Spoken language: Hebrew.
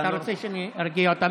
אתה רוצה שאני ארגיע אותם?